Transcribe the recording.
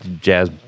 jazz